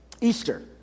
Easter